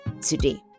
today